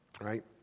Right